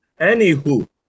anywho